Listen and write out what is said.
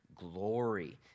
glory